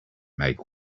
make